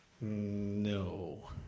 no